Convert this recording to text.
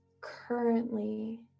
currently